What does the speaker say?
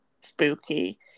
spooky